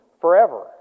forever